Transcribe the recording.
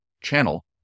channel